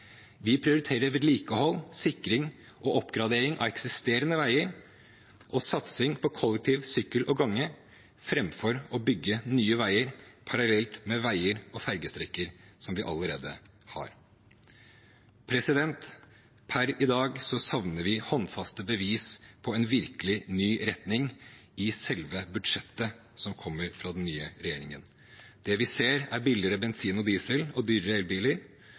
Vi prioriterer vedlikehold, sikring og oppgradering av eksisterende veier og satsing på kollektiv, sykkel og gange framfor å bygge nye veier parallelt med veier og fergestrekk vi allerede har. Per i dag savner vi håndfaste bevis på en virkelig ny retning i selve budsjettet som kommer fra den nye regjeringen. Det vi ser, er billigere bensin og diesel og dyrere elbiler.